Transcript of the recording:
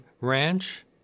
Ranch